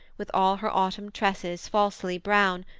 with all her autumn tresses falsely brown,